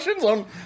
on